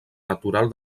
natural